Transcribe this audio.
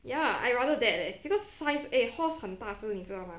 ya I rather that leh because size eh horse 很大只你知道吗